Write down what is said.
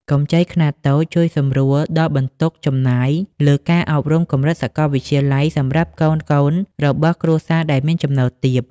កម្ចីខ្នាតតូចជួយសម្រួលដល់បន្ទុកចំណាយលើការអប់រំកម្រិតសកលវិទ្យាល័យសម្រាប់កូនៗរបស់គ្រួសារដែលមានចំណូលទាប។